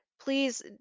please